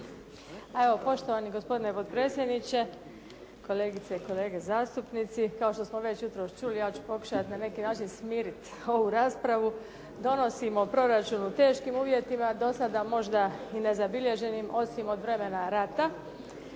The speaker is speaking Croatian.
Evo poštovani gospodine potpredsjedniče, kolegice i kolege zastupnici. Kao što smo već jutros čuli, ja ću pokušati na neki način smiriti ovu raspravu. Donosimo proračun u teškim uvjetima, do sada možda i nezabilježenim, osim od vremena rata.